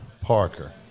Parker